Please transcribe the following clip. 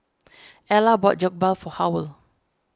Ella bought Jokbal for Howell